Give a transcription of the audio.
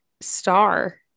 Star